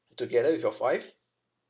together with your wife